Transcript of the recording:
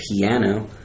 piano